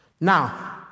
Now